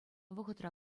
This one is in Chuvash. вӑхӑтра